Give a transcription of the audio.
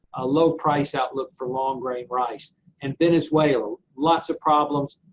ah low price outlook for long-grain rice and venezuela, lots of problems,